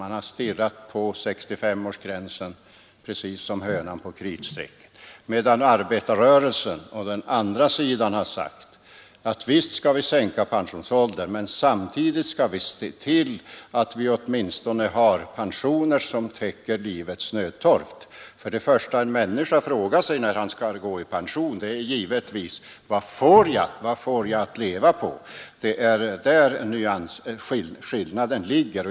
Man har stirrat på 65-årsgränsen precis som hönan på kritstrecket, medan arbetarrörelsen å sin sida har sagt, att visst skall vi sänka pensionsåldern, men först skall vi se till att vi åtminstone har pensioner som täcker livets nödtorft; för det första en person frågar sig när han skall gå i pension är givetvis: Vad får jag att leva på? Det är där skillnaden ligger.